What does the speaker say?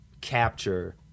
capture